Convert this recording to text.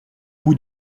bout